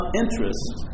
interest